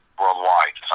worldwide